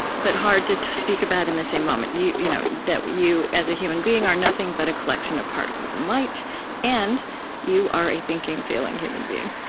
but hard to to speak about in the same moment you know that you, as a human being, are nothing but a collection of particles and light and you are a thinking, feeling human being.